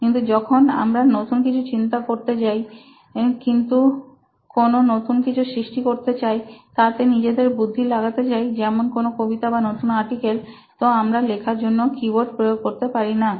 কিন্তু যখন আমরা নতুন কিছু চিন্তা করতে চাই কোন নতুন কিছু সৃষ্টি করতে চাই তাতে নিজেদের বুদ্ধি লাগাতে চাই যেমন কোন কবিতা বা নতুন আর্টিকেল তো আমরা লেখার জন্য কিবোর্ড প্রয়োগ করতে পারিনা